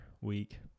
week